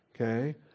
okay